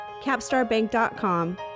capstarbank.com